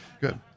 good